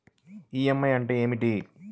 EMI అంటే ఏమిటి?